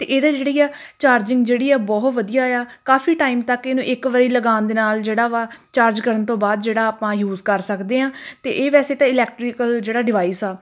ਅਤੇ ਇਹਦਾ ਜਿਹੜੀ ਆ ਚਾਰਜਿੰਗ ਜਿਹੜੀ ਆ ਬਹੁਤ ਵਧੀਆ ਆ ਕਾਫੀ ਟਾਈਮ ਤੱਕ ਇਹ ਨੂੰ ਇੱਕ ਵਾਰੀ ਲਗਾਉਣ ਦੇ ਨਾਲ ਜਿਹੜਾ ਵਾ ਚਾਰਜ ਕਰਨ ਤੋਂ ਬਾਅਦ ਜਿਹੜਾ ਆਪਾਂ ਯੂਜ਼ ਕਰ ਸਕਦੇ ਹਾਂ ਅਤੇ ਇਹ ਵੈਸੇ ਤਾਂ ਇਲੈਕਟਰੀਕਲ ਜਿਹੜਾ ਡਿਵਾਈਸ ਆ